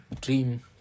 dream